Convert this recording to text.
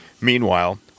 Meanwhile